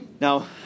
Now